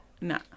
no